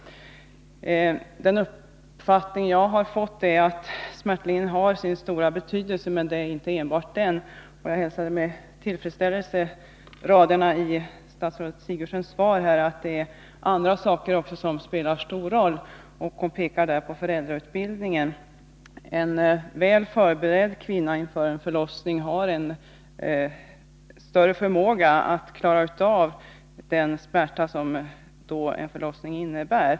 Den uppfattning jag har fått är att smärtlindringen har sin stora betydelse, men det gäller inte enbart den tekniska smärtlindringen. Jag hälsar med tillfredsställelse raderna i statsrådet Sigurdsens svar om att andra saker också spelar stor roll. Hon pekar på föräldrautbildningen. En kvinna som är väl förberedd inför en förlossning har en större förmåga att klara av den smärta som en förlossning innebär.